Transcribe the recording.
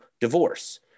divorce